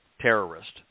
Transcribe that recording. terrorist